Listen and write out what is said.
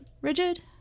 rigid